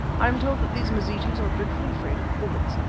i am told that these mazitus are dreadfully afraid of bullets.